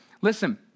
listen